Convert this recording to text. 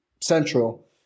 central